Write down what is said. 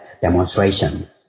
demonstrations